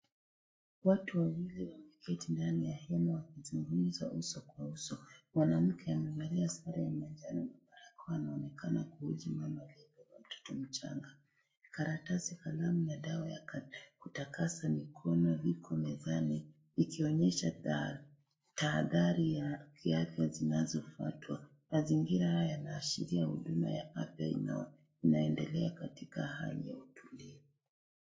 Watu wawili wameketi ndani ya hema wakizungumza uso kwa uso, mwanamke amevalia sare ya manjano na huku anaonekana kuhoji mama aliye na mtoto mchanga, karatasi, kalamu na dawa ya kutakasa mikono viko mezani, ikionyesha taa, tahathari za kiafya zinazo fuatwa, mazingira haya yanaashiria huduma ya afya inaendelea katika hali ya utulivu.